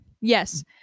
Yes